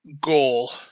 goal